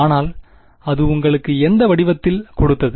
ஆனால் அது உங்களுக்கு எந்த வடிவத்தில் கொடுத்தது